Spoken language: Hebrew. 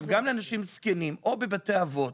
גם לאנשים זקנים גם כאלה שנמצאים בבתי אבות,